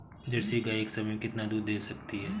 Jersey गाय एक समय में कितना दूध दे सकती है?